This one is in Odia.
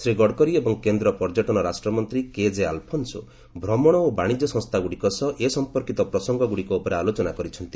ଶ୍ରୀ ଗଡ଼କରି ଏବଂ କେନ୍ଦ୍ର ପର୍ଯ୍ୟଟନ ରାଷ୍ଟ୍ରମନ୍ତ୍ରୀ କେଜେ ଆଲ୍ଫୋନ୍ ଭ୍ରମଣ ଓ ବାଣିଜ୍ୟ ସଂସ୍ଥାଗୁଡ଼ିକ ସହ ଏ ସମ୍ପର୍କୀତ ପ୍ରସଙ୍ଗଗୁଡ଼ିକ ଉପରେ ଆଲୋଚନା କରିଛନ୍ତି